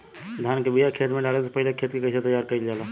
धान के बिया खेत में डाले से पहले खेत के कइसे तैयार कइल जाला?